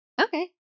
okay